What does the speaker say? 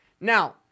Now